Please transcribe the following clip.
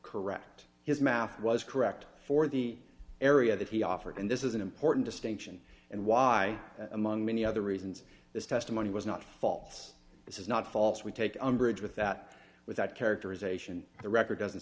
correct his math was correct for the area that he offered and this is an important distinction and why among many other reasons this testimony was not faults this is not false we take umbrage with that with that characterization the record doesn't